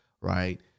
right